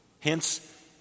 Hence